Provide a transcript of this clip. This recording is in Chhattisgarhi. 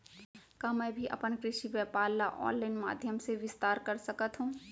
का मैं भी अपन कृषि व्यापार ल ऑनलाइन माधयम से विस्तार कर सकत हो?